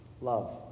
love